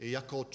jako